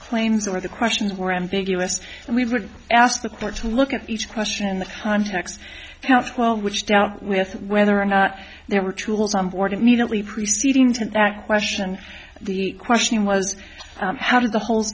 claims or the questions were ambiguous and we would ask the court to look at each question in the context well which dealt with whether or not there were tools on board immediately preceding to act question the question was how did the hole